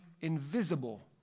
invisible